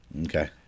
Okay